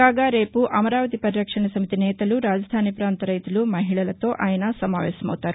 కాగా రేపు అమరావతి పరిరక్షణ సమితి నేతలు రాజధాని పొంత రైతులు మహిళలతో ఆయన సమావేశమవుతారు